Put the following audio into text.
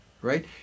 right